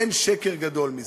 אין שקר גדול מזה.